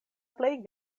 plej